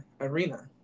arena